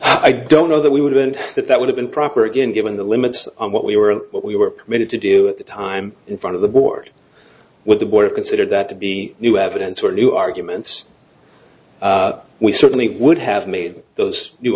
i don't know that we wouldn't that that would have been proper again given the limits on what we were what we were committed to do at the time in front of the board with the board consider that to be new evidence or new arguments we certainly would have made those